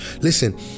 listen